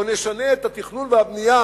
או נשנה את התכנון והבנייה